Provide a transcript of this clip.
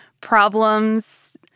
problems